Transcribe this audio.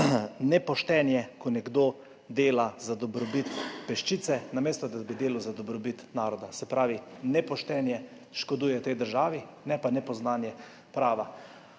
Nepoštenje, ko nekdo dela za dobrobit peščice, namesto da bi delal za dobrobit naroda. Se pravi, nepoštenje škoduje tej državi, ne pa nepoznavanje prava.